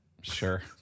Sure